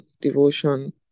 devotion